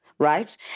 Right